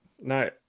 No